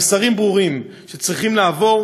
המסרים ברורים וצריכים לעבור